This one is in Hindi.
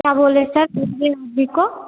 क्या बोले सर टूवेद जी को